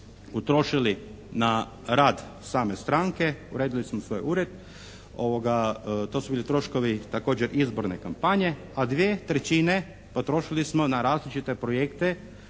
utrošili na rad same stranke. Uredili smo svoj ured. To su bili troškovi također izborne kampanje. A dvije trećine potrošili smo na različite projekte